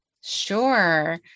Sure